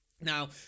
Now